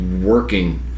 working